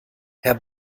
herr